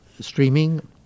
streaming